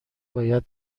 باید